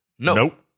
Nope